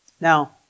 Now